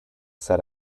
said